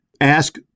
ask